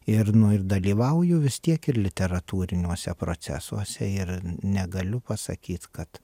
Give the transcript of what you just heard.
ir nu ir dalyvauju vis tiek ir literatūriniuose procesuose ir negaliu pasakyt kad